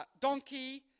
donkey